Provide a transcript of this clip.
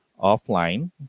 offline